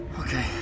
Okay